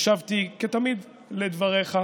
הקשבתי כתמיד לדבריך,